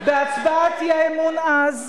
העץ במצב טוב יחסית, עכשיו